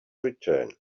return